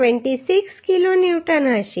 26 kilonewton હશે